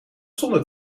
zonder